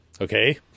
okay